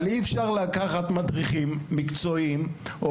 אבל אי אפשר לקחת מדריכים מקצועיים או